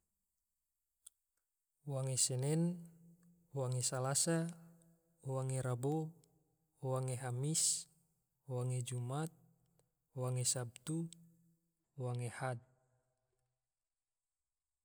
Wange senen, wange salasa, wange rabo, wange hamis, wange jumat, wange sabtu, wange ahad